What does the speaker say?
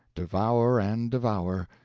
devour and devour,